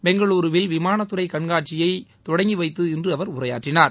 பெங்களூருவில் விமானத்துறை கண்காட்சியை இன்று தொடங்கி வைத்து இன்று அவர் உரையாற்றினார்